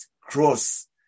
cross